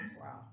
wow